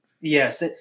Yes